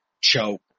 choke